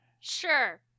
Sure